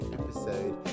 episode